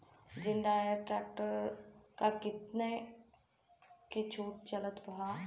जंडियर tractor पर कितना के छूट चलत बा?